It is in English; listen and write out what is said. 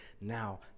now